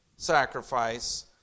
sacrifice